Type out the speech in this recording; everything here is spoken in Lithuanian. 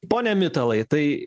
pone mitalai tai